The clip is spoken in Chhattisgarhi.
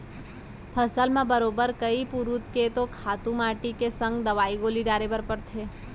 फसल म बरोबर कइ पुरूत के तो खातू माटी के संग दवई गोली डारे बर परथे